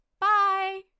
Bye